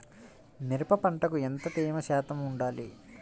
మిరప పంటకు ఎంత తేమ శాతం వుండాలి?